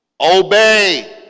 Obey